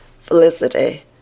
Felicity